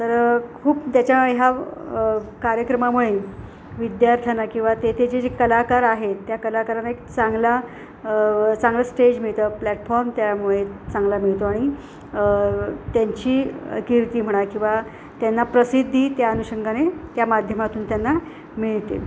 तर खूप त्याच्या ह्या कार्यक्रमामुळे विद्यार्थ्यांना किंवा ते ते जे जे कलाकार आहेत त्या कलाकारांना एक चांगला चांगलं स्टेज मिळतं प्लॅटफॉर्म त्यामुळे चांगला मिळतो आणि त्यांची कीर्ती म्हणा किंवा त्यांना प्रसिद्धी त्या अनुषंगाने त्या माध्यमातून त्यांना मिळते